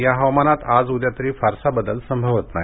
या हवामानात आज उद्या तरी फारसा बदल संभवत नाही